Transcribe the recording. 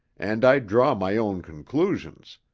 and i draw my own conclusions.